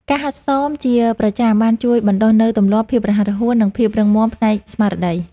ការហាត់សមជាប្រចាំបានជួយបណ្ដុះនូវទម្លាប់ ភាពរហ័សរហួន និងភាពរឹងមាំផ្នែកស្មារតី។